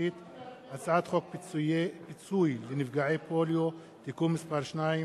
לשם שינוי, מעל החשבונות הפוליטיים.